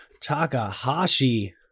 Takahashi